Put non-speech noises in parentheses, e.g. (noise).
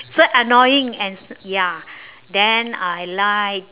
so annoying and (noise) ya then I like